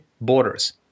borders